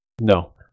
No